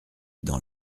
dans